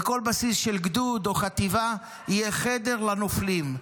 בכל בסיס של גדוד או חטיבה יהיה חדר לנופלים,